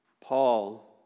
Paul